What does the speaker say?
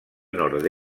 nord